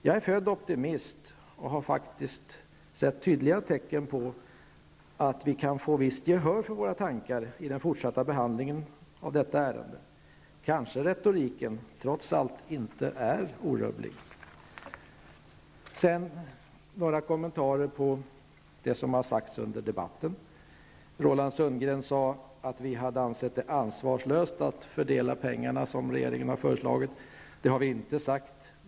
Jag är född optimist och har faktiskt sett tydliga tecken på att vi kan få visst gehör för våra tankar i den fortsatta behandlingen av detta ärende. Retoriken kanske trots allt inte är orubblig. Avslutningsvis vill jag komma med några kommentarer till det som har sagts i debatten. Roland Sundgren sade att vi hade ansett det vara ansvarslöst att fördela pengarna såsom regeringen har föreslagit. Det har vi inte sagt.